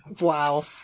Wow